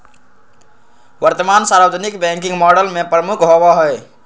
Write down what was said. वर्तमान सार्वजनिक banking model में प्रमुख होबो हइ